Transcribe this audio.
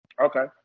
Okay